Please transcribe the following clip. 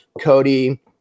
Cody